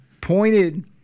pointed